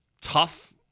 tough